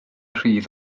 rhydd